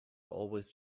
always